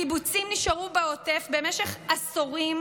הקיבוצים נשארו בעוטף במשך עשורים,